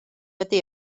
ydy